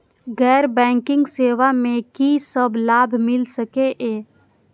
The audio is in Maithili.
गैर बैंकिंग सेवा मैं कि सब लाभ मिल सकै ये?